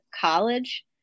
college